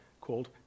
called